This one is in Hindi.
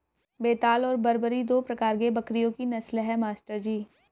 बेताल और बरबरी दो प्रकार के बकरियों की नस्ल है मास्टर जी